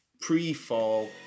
pre-fall